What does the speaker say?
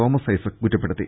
Thomas Isaac കുറ്റപ്പെടുത്തി